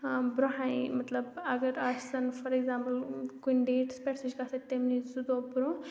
برٛونٛہَے مطلب اَگر آسَن فار اٮ۪کزامپٕل کُنہِ ڈیٹَس پٮ۪ٹھ سُہ چھِ گژھان تَمہِ نِش زٕ دۄہ برٛونٛہہ